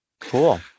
Cool